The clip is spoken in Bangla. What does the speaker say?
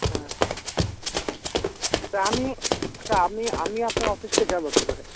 হ্যাঁ সে আমি সে আমি আমি আপনার অফিসকে যাবো কী করে